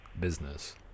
business